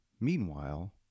Meanwhile